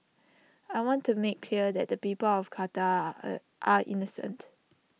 I want to make clear that the people of Qatar are innocent